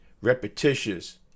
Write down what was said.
repetitious